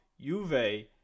Juve